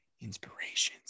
inspirations